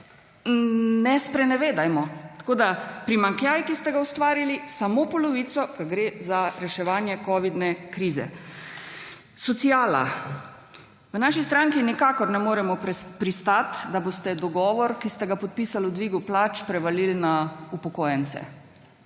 ne sprenevedajmo, tako da primanjkljaj, ki ste ga ustvarili, samo polovico ga gre za reševanje covidne krize. Sociala. V naši stranki nikakor ne moremo pristati, da boste dogovor, ki ste ga podpisal o dvigu plač, prevalili na upokojence.